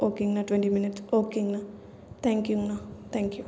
ஓகேங்கணா twenty minutes ஓகேங்கணா thank யூங்ணா thank you